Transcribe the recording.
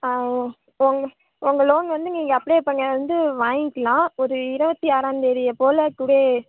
ஆ உங்க உங்க லோன் வந்து நீங்கள் அப்ளை பண்ணி வந்து வாங்கிக்கிலாம் ஒரு இரபத்தி ஆறாந்தேதியை போல கூட